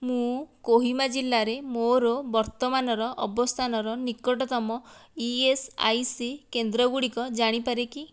ମୁଁ କୋହିମା ଜିଲ୍ଲାରେ ମୋର ବର୍ତ୍ତମାନର ଅବସ୍ଥାନର ନିକଟତମ ଇଏସ୍ଆଇସି କେନ୍ଦ୍ରଗୁଡ଼ିକ ଜାଣିପାରେ କି